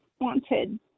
wanted